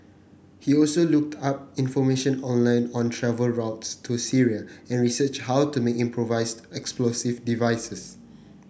he also looked up information online on travel routes to Syria and researched how to make improvised explosive devices